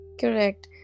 correct